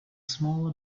small